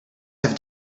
have